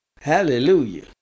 Hallelujah